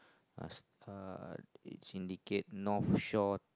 uh uh it's indicate North Shore